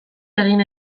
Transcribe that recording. egin